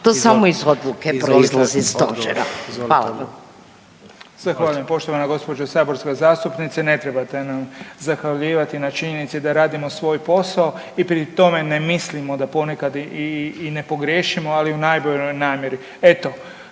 Lukačić. Izvolite odgovor. **Beroš, Vili (HDZ)** Zahvaljujem poštovana gospođo saborska zastupnice, ne trebate nam zahvaljivati na činjenici da radimo svoj posao i pri tome ne mislimo da ponekad i ne pogriješimo ali u najboljoj namjeri. Eto,